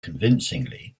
convincingly